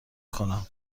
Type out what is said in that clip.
کنم